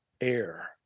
air